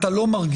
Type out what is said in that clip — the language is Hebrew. אתה לא מרגיע.